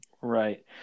right